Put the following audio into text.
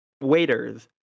waiters